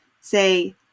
say